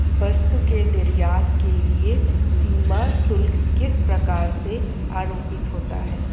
वस्तु के निर्यात के लिए सीमा शुल्क किस प्रकार से आरोपित होता है?